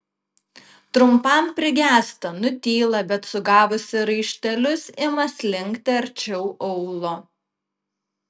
trumpam prigęsta nutyla bet sugavusi raištelius ima slinkti arčiau aulo